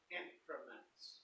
increments